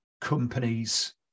companies